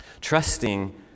trusting